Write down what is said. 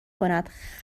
کند